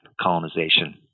colonization